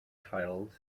titled